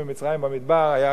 במדבר ירד להם מן.